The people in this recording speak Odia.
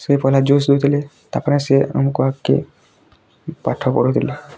ସେହିଭଲିଆ ଜୋସ୍ ଦେଉଥିଲେ ତା'ପରେ ସେ ଆମକୁ ଆକେ ପାଠ ପଢ଼ାଉଥିଲେ